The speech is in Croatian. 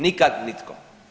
Nikad nitko.